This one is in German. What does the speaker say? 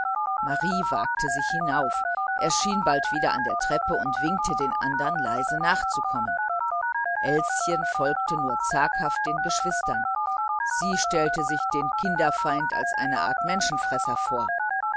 marie wagte sich hinauf erschien bald wieder an der treppe und winkte den anderen leise nachzukommen elschen folgte nur zaghaft den geschwistern sie stellte sich den kinderfeind als eine art menschenfresser vor